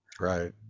Right